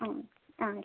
മ് ആ ശരി